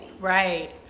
Right